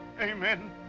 Amen